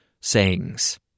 sayings